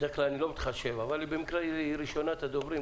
בדרך כלל אני לא מתחשב אבל במקרה הזה ממילא היא ראשונת הדוברים.